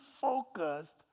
focused